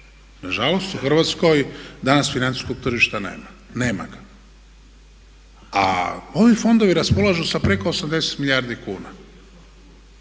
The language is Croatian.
Nažalost, u Hrvatskoj danas financijskog tržišta nema, nema ga. A ovi fondovi raspolažu sa preko 80 milijardi kuna.